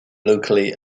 locally